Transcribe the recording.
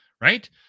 right